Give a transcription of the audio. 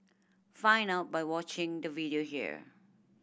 find out by watching the video here